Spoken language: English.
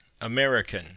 American